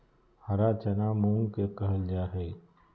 हरा चना मूंग के कहल जा हई